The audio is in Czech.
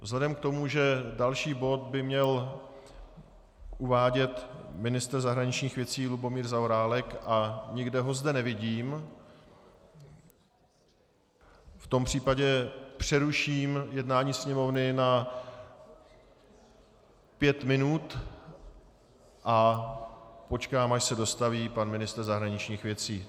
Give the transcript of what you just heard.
Vzhledem k tomu, že další bod by měl uvádět ministr zahraničních věcí Lubomír Zaorálek a nikde ho zde nevidím, přeruším jednání Sněmovny na pět minut a počkám, až se dostaví pan ministr zahraničních věcí.